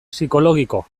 psikologiko